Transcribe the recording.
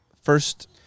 First